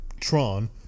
Tron